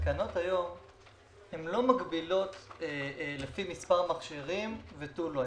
שהתקנות לא מגבילות היום לפי מספר מכשירים ותו לא.